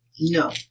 No